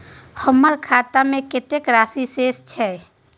हमर खाता में कतेक राशि शेस छै?